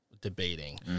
debating